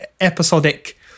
episodic